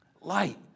light